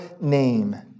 name